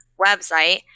Website